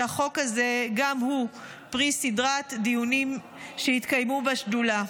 והחוק הזה גם הוא פרי סדרת דיונים שהתקיימו בשדולה.